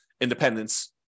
independence